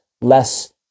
less